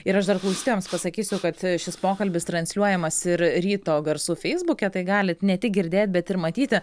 ir aš dar klausytojams pasakysiu kad šis pokalbis transliuojamas ir ryto garsų feisbuke tai galit ne tik girdėt bet ir matyti